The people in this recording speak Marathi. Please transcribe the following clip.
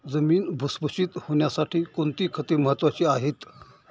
जमीन भुसभुशीत होण्यासाठी कोणती खते महत्वाची आहेत?